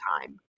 time